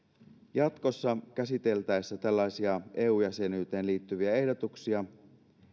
jatkossa käsiteltäessä tällaisia eu jäsenyyteen liittyviä ehdotuksia